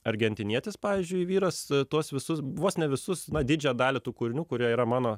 argentinietis pavyzdžiui vyras tuos visus vos ne visus na didžiąją dalį tų kūrinių kurie yra mano